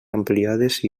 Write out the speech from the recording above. ampliades